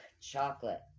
chocolate